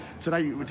today